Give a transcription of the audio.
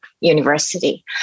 university